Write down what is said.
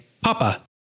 Papa